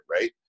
right